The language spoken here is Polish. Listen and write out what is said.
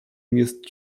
jest